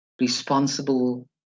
responsible